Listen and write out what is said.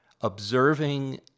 observing